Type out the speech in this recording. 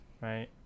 right